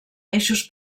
eixos